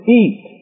eat